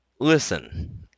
Listen